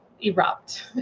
erupt